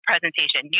presentation